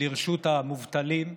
לרשות המובטלים,